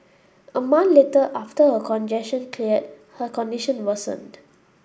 a month later after her congestion cleared her condition worsened